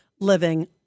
living